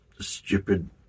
stupid